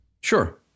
Sure